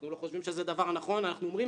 אנחנו לא חושבים שזה דבר נכון ואנחנו אומרים